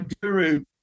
guru